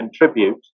contribute